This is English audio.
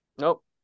Nope